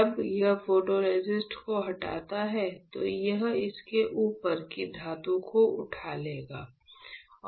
जब यह फोटोरेसिस्ट को हटाता है तो यह इसके ऊपर की धातु को उठा लेगा